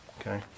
Okay